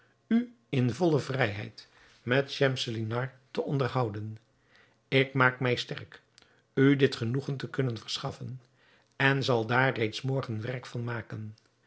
u in volle vrijheid met schemselnihar te onderhouden ik maak mij sterk u dit genoegen te kunnen verschaffen en zal daar reeds morgen werk van maken